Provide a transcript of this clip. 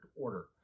order